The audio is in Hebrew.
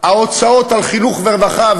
ההוצאות על חינוך ורווחה,